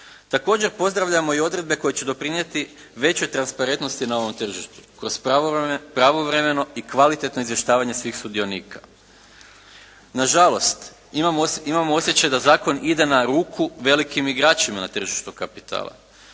Također pozdravljamo i odredbe koje će doprinijeti većoj transparentnosti na ovom tržištu kroz pravovremeno i kvalitetno izvještavanje svih sudionika. Na žalost imamo osjećaj da zakon ide na ruku velikim igračima na tržištu kapitala.